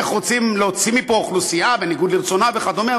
איך רוצים להוציא מפה אוכלוסייה בניגוד לרצונה וכדומה.